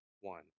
one